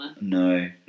No